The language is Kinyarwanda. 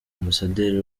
ambasaderi